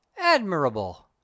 admirable